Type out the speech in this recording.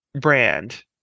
brand